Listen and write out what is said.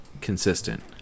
Consistent